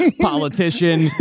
Politician